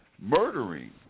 murdering